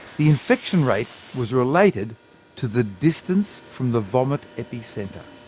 the infection rate was related to the distance from the vomit epicentre.